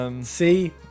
See